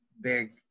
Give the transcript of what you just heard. big